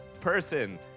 person